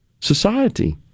society